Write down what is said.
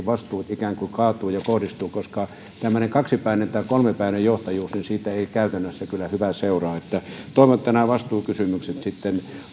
vastuut ikään kuin kaatuvat ja kohdistuvat koska tämmöisestä kaksipäisestä tai kolmepäisestä johtajuudesta ei käytännössä kyllä hyvä seuraa toivon että nämä vastuukysymykset sitten